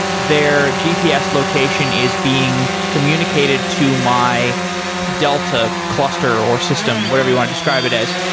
their gps location is being communicated to my delta cluster or system, whatever you want to describe it as.